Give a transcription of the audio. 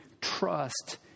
trust